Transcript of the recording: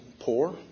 poor